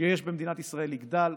שיש במדינת ישראל יגדל,